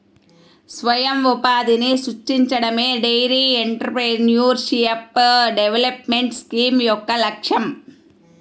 స్వయం ఉపాధిని సృష్టించడమే డెయిరీ ఎంటర్ప్రెన్యూర్షిప్ డెవలప్మెంట్ స్కీమ్ యొక్క లక్ష్యం